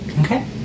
okay